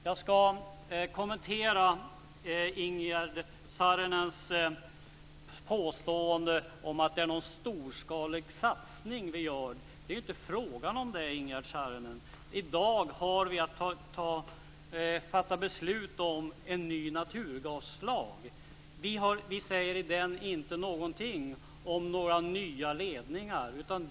Jag ska också kommentera Ingegerd Saarinens påstående om att det är en storskalig satsning vi gör. Det är inte frågan om det, Ingegerd Saarinen. I dag har vi att fatta beslut om en ny naturgaslag. I den säger vi ingenting om några nya ledningar.